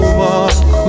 walk